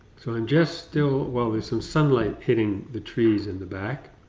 so i'm just still, well, there's some sunlight hitting the trees in the back.